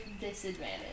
disadvantage